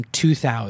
2000